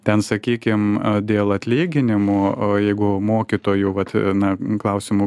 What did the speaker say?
ten sakykim dėl atlyginimo o jeigu mokytojo vat na klausimu